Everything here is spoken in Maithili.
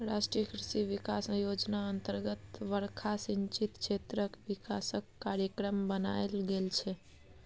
राष्ट्रीय कृषि बिकास योजना अतर्गत बरखा सिंचित क्षेत्रक बिकासक कार्यक्रम बनाएल गेल छै